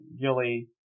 Gilly